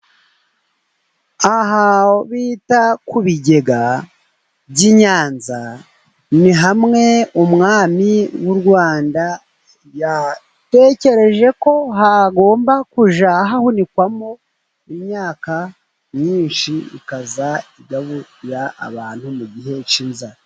Aha aho bita ku bigega by'i Nyanza, ni hamwe umwami w'u Rwanda, yatekereje ko hagomba kujya hahunikwamo imyaka myinshi, ikazajya igaburira abantu mu gihe k'inzara.